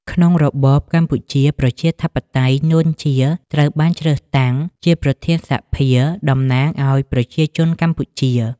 ក្នុងរបបកម្ពុជាប្រជាធិបតេយ្យ នួន ជា ត្រូវបានជ្រើសតាំង ជាប្រធានសភាតំណាងប្រជាជនកម្ពុជា ។